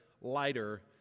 lighter